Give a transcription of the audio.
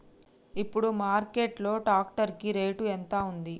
ఇప్పుడు మార్కెట్ లో ట్రాక్టర్ కి రేటు ఎంత ఉంది?